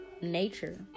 nature